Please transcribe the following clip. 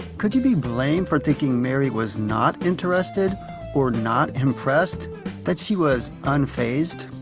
could you be blamed for thinking mary was not interested or not impressed that she was unfazed?